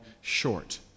short